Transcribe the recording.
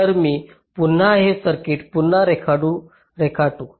तर मी पुन्हा हे सर्किट पुन्हा रेखाटू